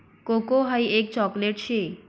cocoa हाई एक chocolate शे